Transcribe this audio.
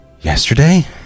Yesterday